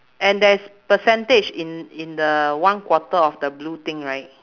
and there's percentage in in the one quarter of the blue thing right